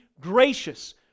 gracious